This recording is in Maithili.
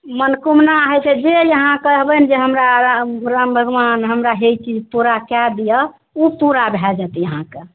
मनोकामना होइ छै जे अहाँ कहबनि जे हमरा राम भगबान हमरा हे ई चीज पूरा कै दिअ ओ पूरा भए जाएत अहाँके